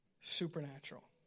supernatural